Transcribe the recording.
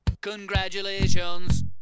Congratulations